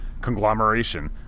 conglomeration